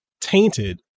tainted